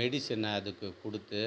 மெடிசனை அதுக்கு கொடுத்து